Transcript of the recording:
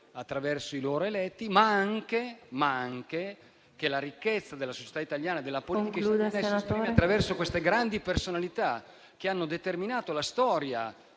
attraverso i loro eletti, ma anche che la ricchezza della società italiana e della politica si esprime proprio attraverso queste grandi personalità, che hanno determinato la storia